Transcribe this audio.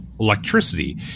electricity